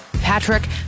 Patrick